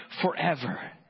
forever